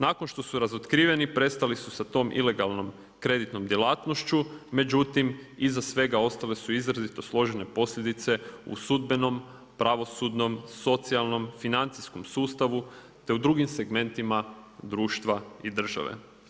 Nakon što su razotkriveni prestali su sa tom ilegalnom kreditnom djelatnošću međutim iza svega ostale su izrazito složene posljedice u sudbenom, pravosudnom, socijalnom, financijskom sustavu te u drugim segmentima društva i države.